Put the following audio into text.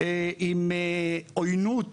עם עוינות